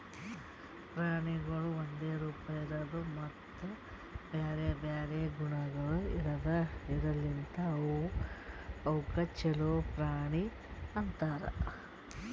ಪ್ರಾಣಿಗೊಳ್ ಒಂದೆ ರೂಪ, ಇರದು ಮತ್ತ ಬ್ಯಾರೆ ಬ್ಯಾರೆ ಗುಣಗೊಳ್ ಇರದ್ ಲಿಂತ್ ಅವುಕ್ ಛಲೋ ಜಾತಿ ಪ್ರಾಣಿ ಅಂತರ್